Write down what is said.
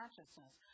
consciousness